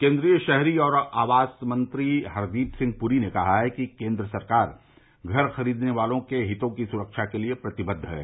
केन्द्रीय शहरी और आवास मंत्री हरदीप सिंह पूरी ने कहा है कि केंद्र सरकार घर खरीदने वालों के हितों की सुख्वा के लिए प्रतिबद्व है